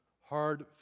Hard